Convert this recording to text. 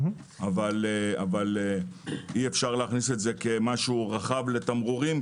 אבל אי-אפשר להכניס את זה כמשהו רחב לתמרורים,